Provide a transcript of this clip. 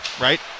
right